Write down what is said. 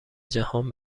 جهان